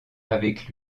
avec